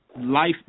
life –